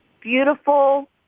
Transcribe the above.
beautiful